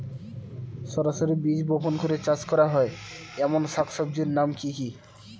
সরাসরি বীজ বপন করে চাষ করা হয় এমন শাকসবজির নাম কি কী?